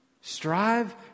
Strive